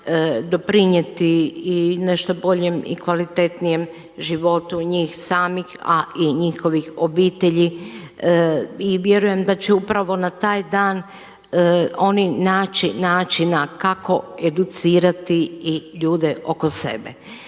doprinijeti i nešto boljem i kvalitetnijem životu njih samih, a i njihovih obitelji i vjerujem da će upravo na taj dan oni naći način kako educirati i ljude oko sebe.